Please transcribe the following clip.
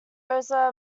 rosa